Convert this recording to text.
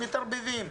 מתערבבים.